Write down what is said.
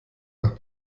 nach